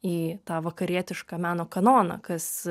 į tą vakarietišką meno kanoną kas